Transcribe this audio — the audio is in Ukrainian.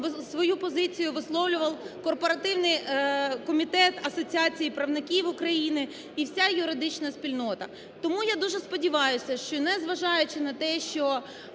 свою позицію висловлював корпоративний комітет Асоціації правників України і вся юридична спільнота. Тому я дуже сподіваюсь, що не зважаючи на те, що,